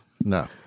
No